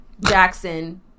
Jackson